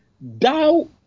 thou